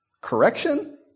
Correction